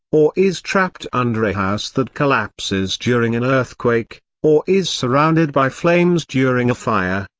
or is trapped under a house that collapses during an earthquake, or is surrounded by flames during a fire,